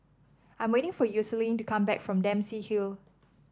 I am waiting for Yoselin to come back from Dempsey Hill